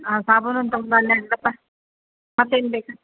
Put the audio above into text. ಆ ಸಾಬೂನು ತಗೊ ಬಾ ಅಲ್ಲೇ ಇಡಪ್ಪ ಮತ್ತೇನು ಬೇಕು